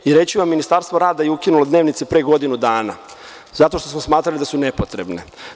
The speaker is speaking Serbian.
Reći ću vam, Ministarstvo rada je ukinulo dnevnice pre godinu dana, zato što smo smatrali da su nepotrebne.